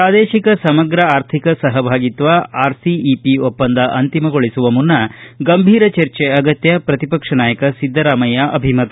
ಪ್ರಾದೇಶಿಕಸಮಗ್ರ ಅರ್ಥಿಕ ಸಹಭಾಗಿತ್ವ ಆರ್ಸಿಇಪಿ ಒಪ್ಪಂದ ಅಂತಿಮಗೊಳಿಸುವ ಮುನ್ನ ಗಂಭೀರ ಚರ್ಚೆ ಅಗತ್ಯ ಪ್ರತಿಪಕ್ಷ ನಾಯಕ ಸಿದ್ದರಾಮಯ್ಯ ಅಭಿಮತ